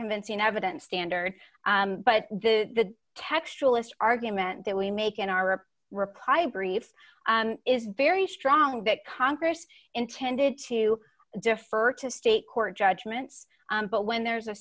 convincing evidence standard but the textualists argument that we make in our reply brief is very strong that congress intended to defer to state court judgments but when there's a